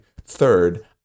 third